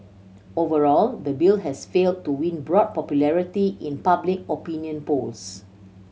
overall the bill has failed to win broad popularity in public opinion polls